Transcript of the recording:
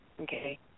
Okay